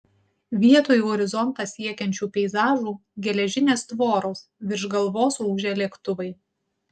vietoj horizontą siekiančių peizažų geležinės tvoros virš galvos ūžia lėktuvai